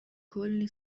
کلی